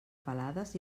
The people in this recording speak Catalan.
pelades